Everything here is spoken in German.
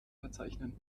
verzeichnen